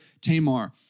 Tamar